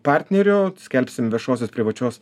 partnerių skelbsim viešosios privačios